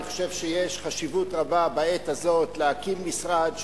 אני חושב שיש חשיבות רבה בעת הזאת להקים משרד,